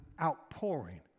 outpouring